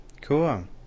Cool